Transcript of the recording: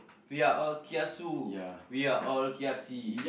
we are all kiasu we are all kiasi